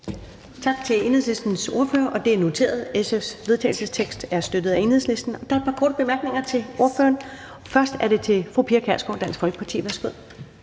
Tak til Enhedslistens ordfører. Det er noteret, at SF's vedtagelsestekst er støttet af Enhedslisten. Der er et par korte bemærkninger til ordføreren. Først er det fru Pia Kjærsgaard, Dansk Folkeparti. Værsgo.